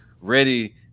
ready –